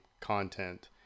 content